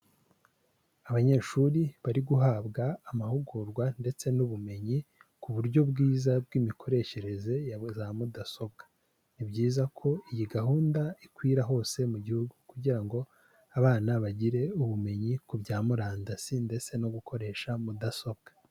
Abanyeshuri bari guhabwa amahugurwa ndetse n'ubumenyi, ku buryo bwiza bw'imikoreshereze ya za mudasobwa. Ni byiza ko iyi gahunda ikwira hose mu Gihugu, kugira ngo abana bagire ubumenyi ku bya murandasi ndetse no gukoresha mudasobwa.